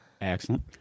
Excellent